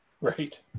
Right